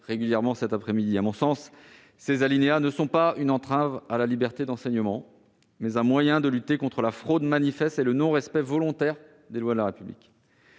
en place par la loi Gatel. À mon sens, ces alinéas ne sont pas une entrave à la liberté d'enseignement, mais un moyen de lutter contre la fraude manifeste et le non-respect volontaire des lois de la République.